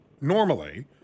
normally